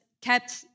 kept